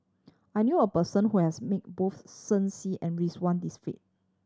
I knew a person who has meet both Shen Xi and Ridzwan Dzafir